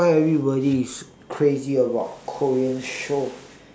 why everybody is crazy about korean show